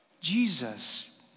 Jesus